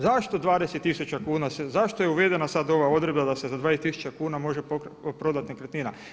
Zašto 20 tisuća, zašto je uvedena sad ova odredba da se za 20 tisuća kuna može prodati nekretnina?